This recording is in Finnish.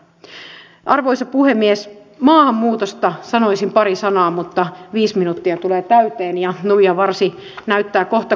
hallitukset ovat valmistuttaneet esityksensä mieluummin virkatyönä tai jonkun selvitysmiehen ani harvoin selvitysnaisen toimesta ja joskus ulkoistaneet työn konsulteille tai jopa lobbareille